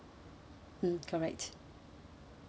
mm correct